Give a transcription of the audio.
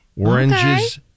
Oranges